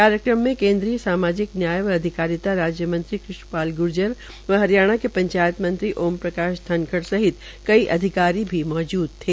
कार्यक्रम के कन्द्रीय सामाजिक न्याय व अधिकारिता राज्य मंत्री कृष्ण पाल ग्र्जर व हरियाणा के पंचायत मंत्री ओम प्रकाश धनखड़ सहित कई अधिकारी मौजूद थे